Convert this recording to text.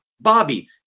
Bobby